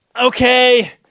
okay